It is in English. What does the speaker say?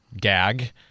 gag